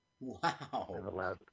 Wow